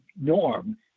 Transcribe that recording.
norm